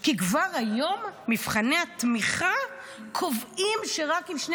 כי כבר היום מבחני התמיכה קובעים שרק אם שני